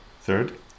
Third